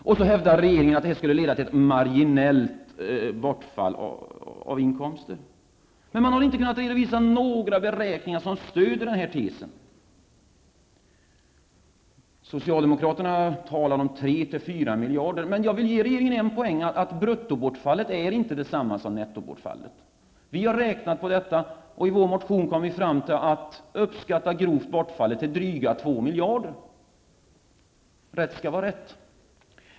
Regeringen hävdar att det skulle leda till ett marginellt bortfall av inkomster att slopa omsättningsskatten på aktier, men man har inte kunnat redovisa några beräkningar som stöder den tesen. Socialdemokraterna talar om 3--4 miljarder. Jag vill ändå ge regeringen en poäng, och det är att bruttobortfallet inte är detsamma som nettobortfallet. Vi har räknat på detta, och vi uppskattar att bortfallet är drygt 2 miljarder. Rätt skall vara rätt.